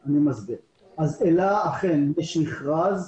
ב"אלה" יש מכרז.